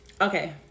Okay